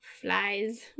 flies